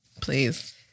Please